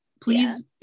please